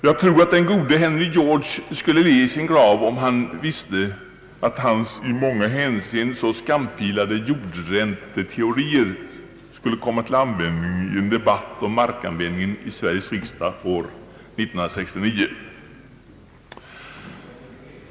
Jag tror att den gode Henry George skulle le i sin grav om han visste att hans i många hänseenden så skamfilade jordränteteorier skulle utnyttjas i en debatt om markanvändningen i Sveriges riksdag år 1969.